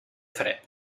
fred